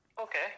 Okay